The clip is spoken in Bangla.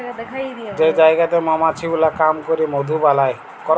যে জায়গাতে মমাছি গুলা কাম ক্যরে মধু বালাই